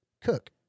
cook